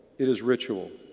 it is ritual.